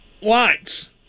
lines